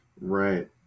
right